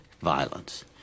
violence